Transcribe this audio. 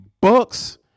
bucks